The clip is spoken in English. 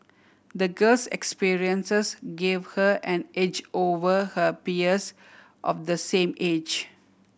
the girl's experiences gave her an edge over her peers of the same age